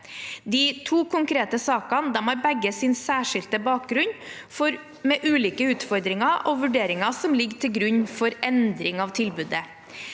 De to konkrete sakene har begge sin særskilte bakgrunn med ulike utfordringer og vurderinger som ligger til grunn for endring av tilbudet.